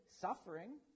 suffering